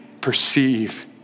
perceive